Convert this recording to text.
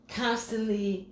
constantly